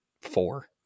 four